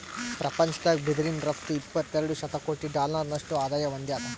ಪ್ರಪಂಚದಾಗ್ ಬಿದಿರಿನ್ ರಫ್ತು ಎಪ್ಪತ್ತೆರಡು ಶತಕೋಟಿ ಡಾಲರ್ನಷ್ಟು ಆದಾಯ್ ಹೊಂದ್ಯಾದ್